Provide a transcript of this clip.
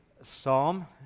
psalm